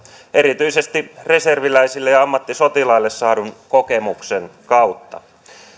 erityisesti reserviläisille ja ja ammattisotilaille saadun kokemuksen kautta